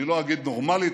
אני לא אגיד נורמלית,